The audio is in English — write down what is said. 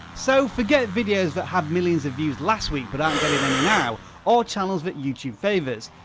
so forget videos that had millions of views last week but aren't getting any now or channels that youtube favours,